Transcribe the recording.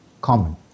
common